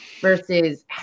versus